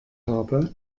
habe